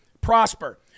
prosper